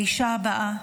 לאישה הבאה,